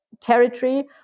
territory